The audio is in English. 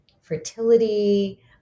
fertility